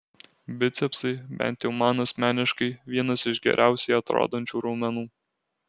bicepsai bent jau man asmeniškai vienas iš geriausiai atrodančių raumenų